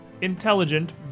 intelligent